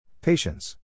Patience